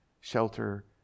shelter